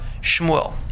Shmuel